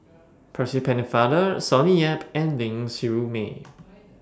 Percy Pennefather Sonny Yap and Ling Siew May